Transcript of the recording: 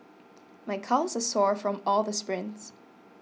my calves are sore from all the sprints